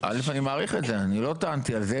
אני מכיר את המשחקים